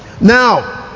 Now